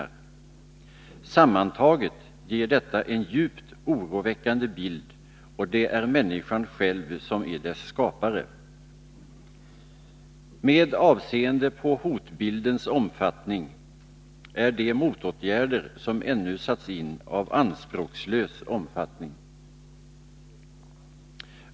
Sammantaget ger detta en djupt oroväckande bild, och det är människan själv som är dess skapare. Med avseende på hotbildens omfattning är de motåtgärder som ännu satts in av anspråkslös omfattning.